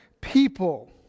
people